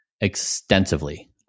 extensively